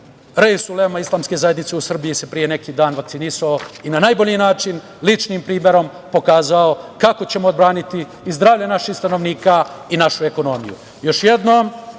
reis-I-ulema Islamske zajednice u Srbiji se pre neki dan vakcinisao i na najbolji način ličnim primerom pokazao kako ćemo odbraniti i zdravlje naših stanovnika i našu ekonomiju. Još